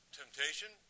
temptation